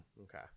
okay